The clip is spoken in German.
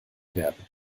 werden